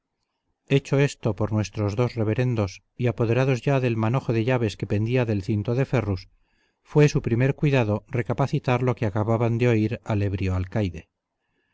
hecho esto por nuestros dos reverendos y apoderados ya del manojo de llaves que pendía del cinto de ferrus fue su primer cuidado recapacitar lo que acababan de oír al ebrio alcaide